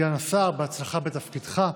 סגן השר, בהצלחה בתפקידך.